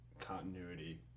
continuity